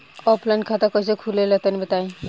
Offline खाता कइसे खुले ला तनि बताई?